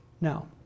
Now